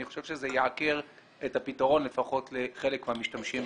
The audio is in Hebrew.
חושב שזה יעקר את הפתרון לפחות לחלק מהמשתמשים באמצעי תשלום.